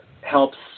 helps